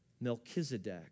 Melchizedek